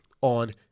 on